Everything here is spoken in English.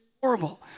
horrible